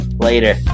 Later